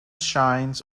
shines